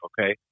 Okay